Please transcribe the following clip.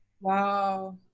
wow